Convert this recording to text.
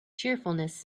cheerfulness